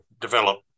develop